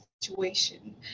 situation